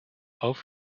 off